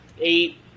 eight